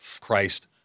christ